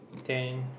then